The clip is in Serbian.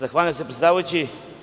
Zahvaljujem se, predsedavajući.